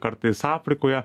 kartais afrikoje